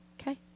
Okay